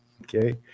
Okay